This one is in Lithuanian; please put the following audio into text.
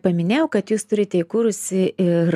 paminėjau kad jūs turite įkūrusi ir